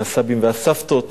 מהסבים ומהסבתות,